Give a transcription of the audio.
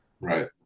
Right